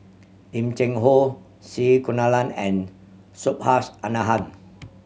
Lim Cheng Hoe C Kunalan and Subhas Anandan